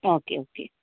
okay okay